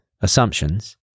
assumptions